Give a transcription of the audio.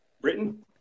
britain